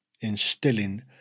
instilling